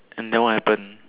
and then what happened